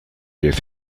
diez